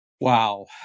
Wow